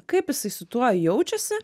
kaip jisai su tuo jaučiasi